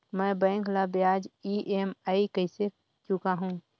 मैं बैंक ला ब्याज ई.एम.आई कइसे चुकाहू?